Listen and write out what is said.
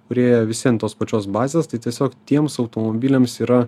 kurie visi ant tos pačios bazės tai tiesiog tiems automobiliams yra